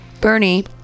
Bernie